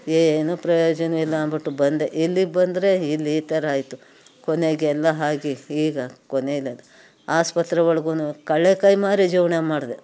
ಏನು ಪ್ರಯೋಜನ ಇಲ್ಲ ಅಂದ್ಬಿಟ್ಟು ಬಂದೆ ಇಲ್ಲಿಗೆ ಬಂದರೆ ಇಲ್ಲಿ ಈ ಥರ ಆಯಿತು ಕೊನೆಗೆ ಎಲ್ಲ ಆಗಿ ಈಗ ಕೊನೆದಾಗಿ ಆಸ್ಪತ್ರೆ ಒಳಗೂ ಕಡ್ಲೆಕಾಯಿ ಮಾರಿ ಜೀವನ ಮಾಡಿದೆ